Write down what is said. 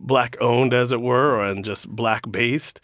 black owned, as it were, and just black based,